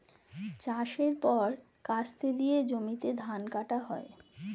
চাষের পর কাস্তে দিয়ে জমিতে ধান কাটা হয়